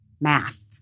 math